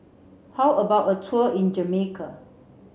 how about a tour in Jamaica